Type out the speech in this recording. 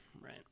Right